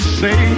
say